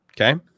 Okay